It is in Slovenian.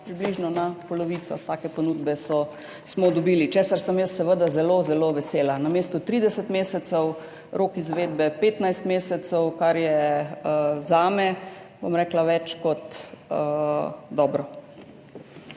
približno na polovico. Take ponudbe smo dobili, česar sem jaz seveda zelo zelo vesela, namesto 30 mesecev rok izvedbe 15 mesecev, kar je zame, bom rekla, več kot dobro.